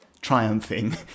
triumphing